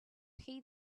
hate